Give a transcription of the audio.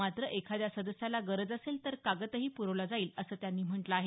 मात्र एखाद्या सदस्याला गरज असेल तर कागदही प्रवला जाईल असं त्यांनी म्हटलं आहे